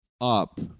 up